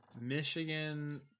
Michigan